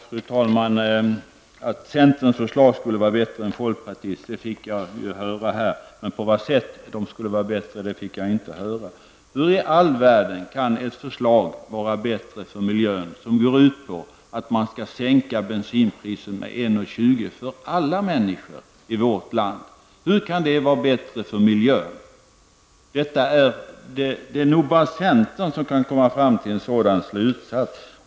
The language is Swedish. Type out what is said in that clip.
Fru talman! Jag fick här höra att centerns förslag skulle vara bättre än folkpartiets. Men på vilket sätt det skulle vara bättre fick jag inte veta. Hur i all världen kan ett förslag som går ut på att sänka bensinpriset med 1:20 kr. för alla människor i vårt land vara bättre för miljön? Det är nog bara centern som kan komma fram till en sådan slutsats.